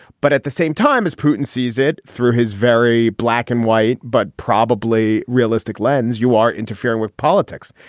but at the same time, as putin sees it through his very black and white but probably realistic lens, you are interfering with politics.